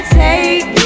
take